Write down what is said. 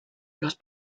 los